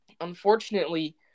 Unfortunately